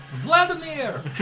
Vladimir